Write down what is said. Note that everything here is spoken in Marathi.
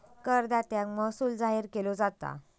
करदात्याक महसूल जाहीर केलो जाता